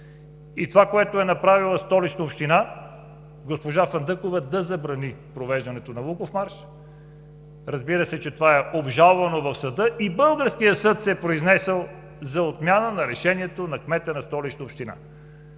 Това, което е направила Столична община – госпожа Фандъкова забрани провеждането на Луковмарш, което е обжалвано в съда и българският съд се е произнесъл за отмяна на решението на кмета на Столична община.